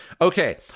Okay